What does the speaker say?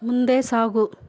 ಮುಂದೆ ಸಾಗು